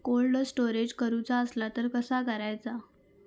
Cold storage करूचा असला तर कसा करायचा?